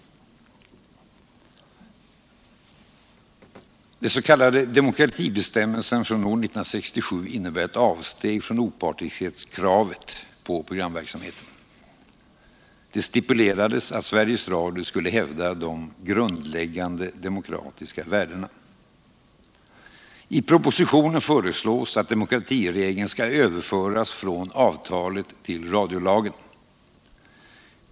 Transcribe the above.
Den s.k. demokratibestämmelsen från år 1967 innebär ett avsteg från opartiskhetskravet på programverksamheten. Det stipulerades att Sveriges Radio skulle hävda de ”grundläggande demokratiska värdena”. I propositionen föreslås att demokratiregeln skall överföras från avtalet till radiolagen.